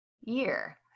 year